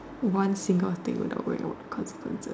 one single thing without going about the consequences